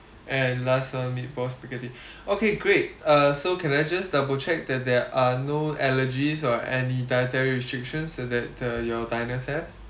and last [one] meatball spaghetti okay great uh so can I just double check that there are no allergies or any dietary restrictions so that the your diners have